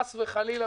חס וחלילה,